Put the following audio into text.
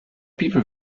bibel